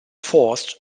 forced